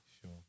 Sure